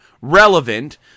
relevant